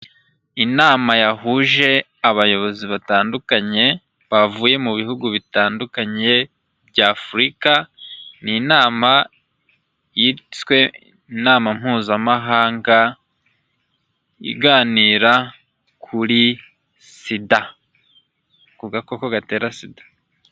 Inama yahuje abayobozi batandukanye bavuye mu bihugu bitandukanye by afurika n'inama yiswe inama mpuzamahanga iganira kuri sida ku gakoko gatera sida.